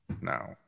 now